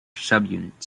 subunits